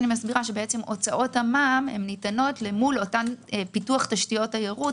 הוצאות המע"מ ניתנות למול אותן פיתוח תשתיות תיירות